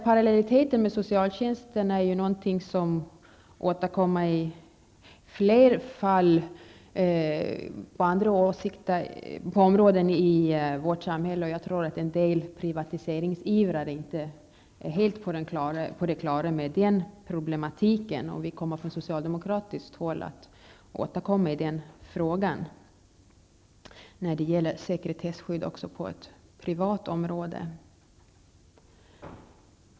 Parallelliteten med socialtjänsten är någonting som återkommer i flera fall på andra områden av vårt samhälle. Jag tror att en del privatiseringsivrare inte är helt på det klara med den problematiken. Vi kommer från socialdemokratiskt håll att återkomma när det gäller sekretesskydd också på ett privat område.